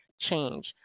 change